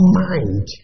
mind